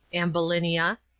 ambulinia.